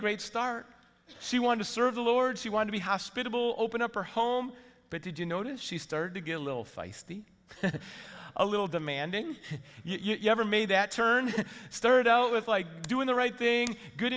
great start she wanted to serve the lord she wanted to be hospitable open up her home but did you notice she started to get a little feisty a little demanding you ever made that turn stirred up with like doing the right thing good